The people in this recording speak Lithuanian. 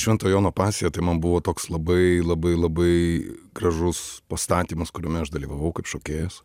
švento jono pasija tai man buvo toks labai labai labai gražus pastatymas kuriame aš dalyvavau kaip šokėjas